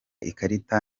ikarita